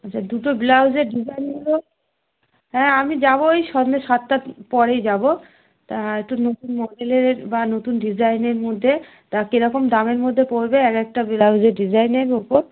আচ্ছা দুটো ব্লাউজের ডিজাইনগুলো হ্যাঁ আমি যাবো ওই সন্ধে সাতটার পরেই যাবো তা একটু নতুন বা নতুন ডিজাইনের মধ্যে তা কেরকম দামের মদ্যে পড়বে এক একটা ব্লাউজের ডিজাইনের ওপর